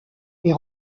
est